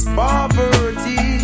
poverty